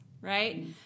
right